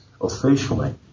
officially